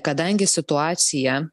kadangi situacija